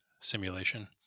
simulation